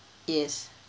yes